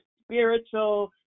spiritual